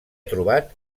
trobat